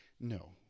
no